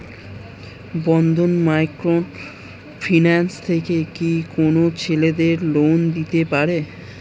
বন্ধন micro finance থেকে কি কোন ছেলেদের লোন দিতে পারে?